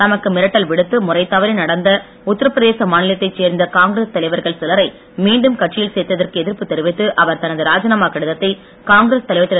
தமக்கு மிரட்டல் விடுத்து முறைதவறி நடந்த உத்தரப்பிரதேச மாலநிலத்தைச் சேர்ந்த காங்கிரஸ் தலைவர்கள் சிலரை மீண்டும் கட்சியில் சேர்த்ததற்கு எதிர்ப்பு தெரிவித்து அவர் தனது ராஜிநாமா கடிதத்தை காங்கிரஸ் தலைவர் திரு